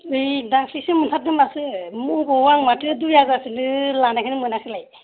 नै दाख्लिसो मोनथारदों माथो मबाव आं मोथो दुइ हाजारखौनो लानायखौनो मोनाखैलाय